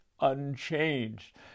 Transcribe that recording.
unchanged